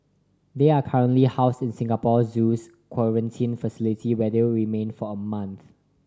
they are currently housed in Singapore Zoo's quarantine facility where they will remain for a month